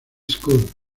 school